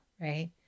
Right